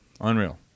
Unreal